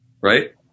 Right